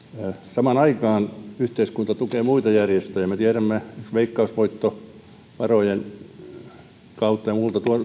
samaan aikaan yhteiskunta tukee muita järjestöjä me tiedämme että esimerkiksi veikkausvoittovarojen kautta